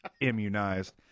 immunized